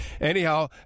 Anyhow